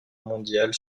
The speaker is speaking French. mondiale